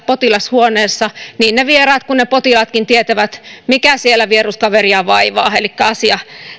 potilashuoneessa niin ne vieraat kuin ne potilaatkin tietävät mikä siellä vieruskaveria vaivaa elikkä asia